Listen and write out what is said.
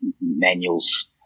manuals